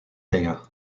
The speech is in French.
taylor